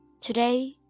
Today